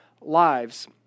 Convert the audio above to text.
lives